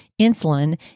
insulin